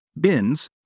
bins